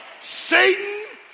Satan